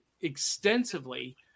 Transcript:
extensively